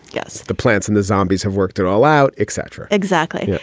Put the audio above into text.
yes. the plants and the zombies have worked it all out, et cetera exactly.